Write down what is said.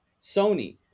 Sony